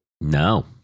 No